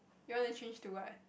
you want to change to what